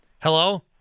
Hello